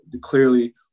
clearly